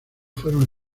fueron